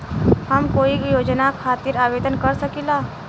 हम कोई योजना खातिर आवेदन कर सकीला?